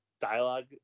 dialogue